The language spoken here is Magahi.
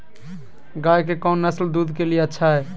गाय के कौन नसल दूध के लिए अच्छा है?